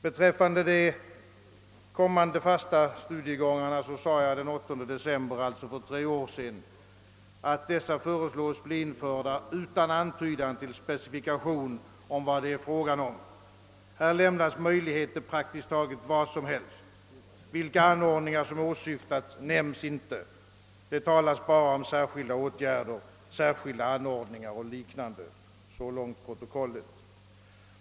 Beträffande de fasta studiegångarna sade jag den 8 december för tre år sedan: Dessa föreslås bli införda utan antydan till specifikation om vad det är frågan om. Här lämnas möjlighet till praktiskt taget vad som helst. Vilka anordningar som åsyftas nämns icke. Det talas bara om särskilda åtgärder, särskilda anordningar och liknande. Så långt mitt anförande för tre år sedan.